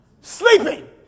sleeping